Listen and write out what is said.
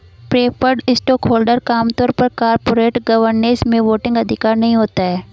preferred stockholder का आम तौर पर कॉरपोरेट गवर्नेंस में वोटिंग अधिकार नहीं होता है